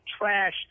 trash